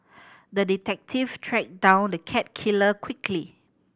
the detective tracked down the cat killer quickly